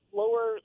lower